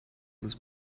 was